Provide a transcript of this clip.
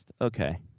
Okay